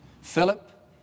Philip